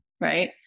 right